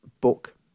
book